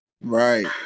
Right